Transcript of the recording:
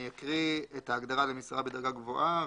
אני אקריא את ההגדרה למשרה בדרגה גבוהה,